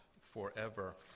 forever